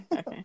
Okay